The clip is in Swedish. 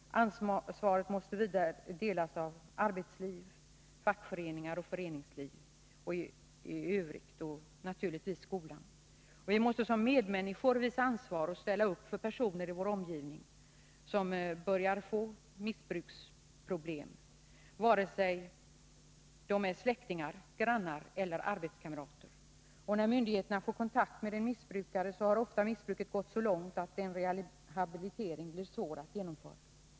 Ansvaret måste vidare delas av arbetsliv, fackföreningar, föreningsliv i övrigt och, naturligtvis, skolan. Vi måste som medmänniskor visa ansvar och ställa upp för personer i vår omgivning som börjar få missbruksproblem, vare sig de är släktingar, grannar eller arbetskamrater. När myndigheter får kontakt med en missbrukare har missbruket ofta gått så långt att en rehabilitering blir svår att genomföra.